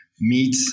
meet